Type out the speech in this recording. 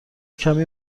کمی